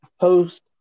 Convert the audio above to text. post